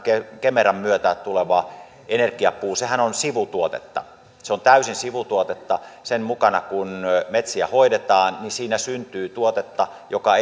kemeran myötä tuleva energiapuuhan on sivutuotetta se on täysin sivutuotetta kun metsiä hoidetaan siinä syntyy tuotetta joka